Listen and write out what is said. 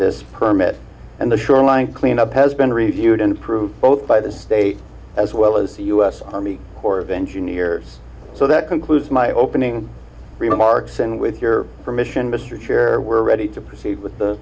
this permit and the shoreline cleanup has been reviewed and approved both by the state as well as the us army corps of engineers so that concludes my opening remarks and with your permission mr chair we're ready to proceed with the